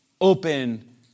open